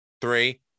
three